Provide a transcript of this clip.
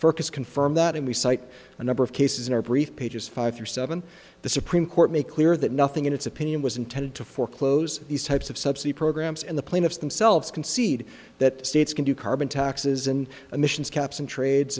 cite a number of cases in our brief pages five year seven the supreme court make clear that nothing in its opinion was intended to foreclose these types of subsidy programs and the plaintiffs themselves concede that states can do carbon taxes and emissions caps and trades